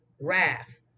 wrath